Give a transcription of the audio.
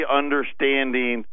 understanding